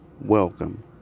welcome